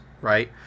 right